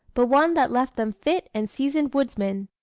but one that left them fit and seasoned woodsmen.